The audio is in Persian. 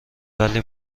ولی